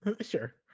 Sure